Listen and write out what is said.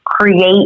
create